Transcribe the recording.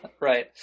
Right